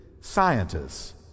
scientists